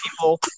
people